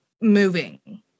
moving